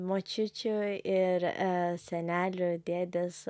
močiučių ir e senelių dėdės